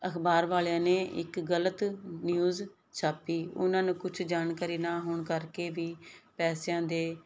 ਅਖਬਾਰ ਵਾਲਿਆਂ ਨੇ ਇੱਕ ਗਲਤ ਨਿਊਜ਼ ਛਾਪੀ ਉਹਨਾਂ ਨੂੰ ਕੁਝ ਜਾਣਕਾਰੀ ਨਾ ਹੋਣ ਕਰਕੇ ਵੀ ਪੈਸਿਆਂ ਦੇ